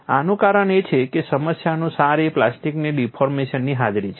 આનું કારણ એ છે કે સમસ્યાનો સાર એ પ્લાસ્ટિકની ડિફોર્મેશનની હાજરી છે